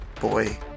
boy